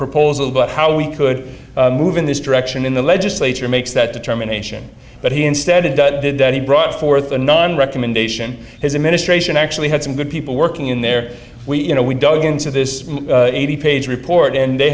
about how we could move in this direction in the legislature makes that determination but he instead of done that he brought forth a non recommendation his administration actually had some good people working in there we you know we dug into this eighty page report and they